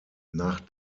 nach